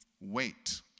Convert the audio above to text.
wait